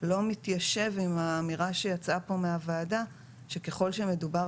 לא מתיישב עם האמירה שיצאה פה מהוועדה שככל שמדובר